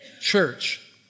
Church